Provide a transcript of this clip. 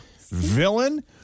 villain